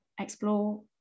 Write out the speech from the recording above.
explore